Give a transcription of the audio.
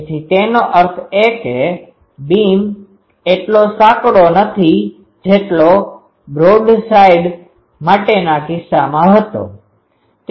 તેથી તેનો અર્થ એ કે બીમ એટલો સાંકડો નથી જેટલો બ્રોડસાઇડ માટેના કિસ્સામાં હતો